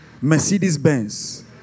Mercedes-Benz